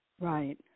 Right